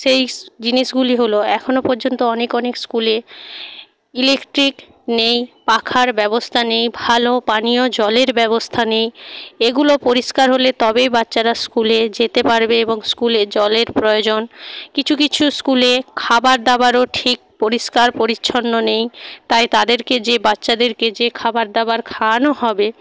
সেই জিনিসগুলি হল এখনও পর্যন্ত অনেক অনেক স্কুলে ইলেকট্রিক নেই পাখার ব্যবস্থা নেই ভালো পানীয় জলের ব্যবস্থা নেই এগুলো পরিষ্কার হলে তবেই বাচ্চারা স্কুলে যেতে পারবে এবং স্কুলে জলের প্রয়োজন কিছু কিছু স্কুলে খাবার দাবারও ঠিক পরিষ্কার পরিচ্ছন্ন নেই তাই তাদেরকে যে বাচ্চাদেরকে যে খাবার দাবার খায়ানো হবে